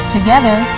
Together